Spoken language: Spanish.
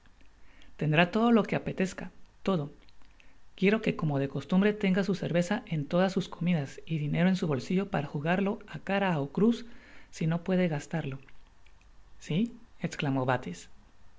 todo lo que apetezca todo quiero que como de costumbre tenga su cerveza en todas sus comidas y dinero en su bolsillo para jugarlo á cara ó cruz sino puede gastarlo si esclamó bates